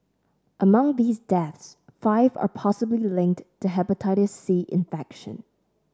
among these deaths five are possibly linked to Hepatitis C infection